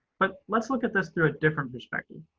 but let's look at this through a different perspective.